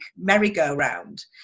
merry-go-round